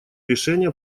решения